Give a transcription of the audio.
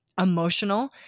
emotional